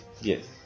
yes